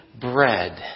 bread